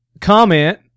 comment